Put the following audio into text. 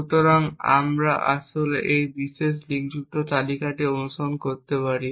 সুতরাং আমরা আসলে এই বিশেষ লিঙ্কযুক্ত তালিকাটি অনুসরণ করতে পারি